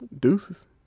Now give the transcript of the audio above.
deuces